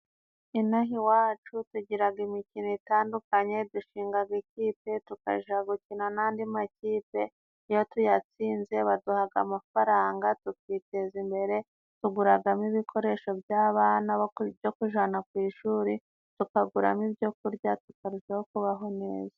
Inaha iwacu tugiraga imikino itandukanye, dushingaga ikipe tukaja gukina n'andi makipe. Iyo tuyatsinze baduhaga amafaranga tukiteza imbere, tuguragamo ibikoresho by'abana byo kujana ku ishuri tukaguramo ibyo kurya, tukarushaho kubaho neza.